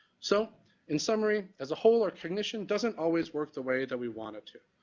so in summary, as a whole, our cognition doesn't always work the way that we want it to,